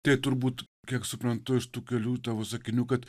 tai turbūt kiek suprantu iš tų kelių tavo sakinių kad